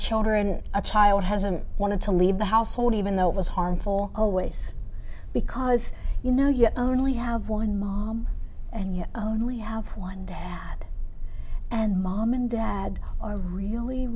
child or an a child hasn't wanted to leave the household even though it was harmful always because you know yet only have one mom and you only have one dad and mom and dad are really